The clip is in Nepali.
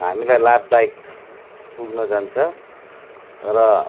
हामीलाई लाभदायक पुग्नजान्छ र